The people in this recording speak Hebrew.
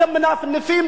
אתם מנפנפים,